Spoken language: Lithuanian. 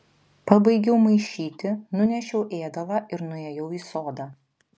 pabaigiau maišyti nunešiau ėdalą ir nuėjau į sodą